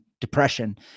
depression